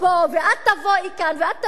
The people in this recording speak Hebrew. ואת תבואי כאן ואת תביאי את העמדה שלך.